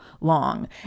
long